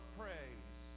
praise